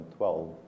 2012